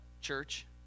church